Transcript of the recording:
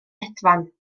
hedfan